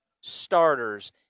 starters